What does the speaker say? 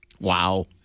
Wow